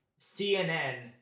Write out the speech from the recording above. CNN